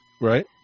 Right